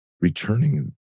returning